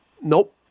Nope